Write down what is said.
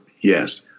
yes